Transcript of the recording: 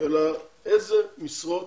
אלא איזה משרות